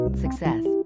success